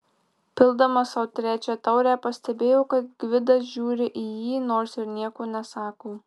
pildamas sau trečią taurę pastebėjo kad gvidas žiūri į jį nors ir nieko nesako